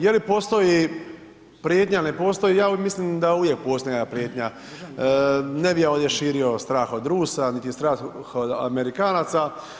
Je li postoji prijetnja, ne postoji, ja mislim da uvijek postoji nekakva prijetnja, ne bi ja ovdje širio strah od Rusa, niti strah od Amerikanaca.